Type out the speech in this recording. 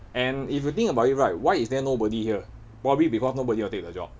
and if you think about it right why is there nobody here probably because nobody will take the job